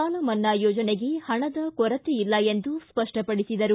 ಸಾಲ ಮನ್ನಾ ಯೋಜನೆಗೆ ಪಣದ ಕೊರತೆ ಇಲ್ಲ ಎಂದು ಸ್ಪಷ್ಟಪಡಿಸಿದರು